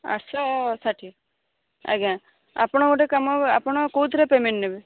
ଆଠଶହ ଷାଠିଏ ଆଜ୍ଞା ଆପଣ ଗୋଟେ କାମ ଆପଣ କେଉଁଥିରେ ପେମେଣ୍ଟ ନେବେ